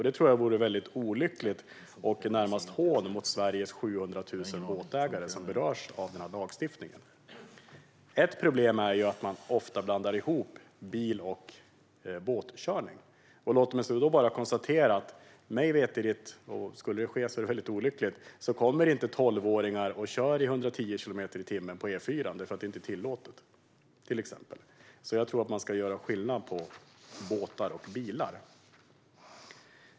Det vore olyckligt och närmast ett hån mot Sveriges 700 000 båtägare som berörs av lagstiftningen. Ett problem är att man ofta blandar ihop bil och båtkörning. Låt mig konstatera att mig veterligt - skulle det ske är det olyckligt - kör inte 12åringar i 110 kilometer i timmen på E4:an eftersom det inte är tillåtet. Man ska göra skillnad på båtar och bilar.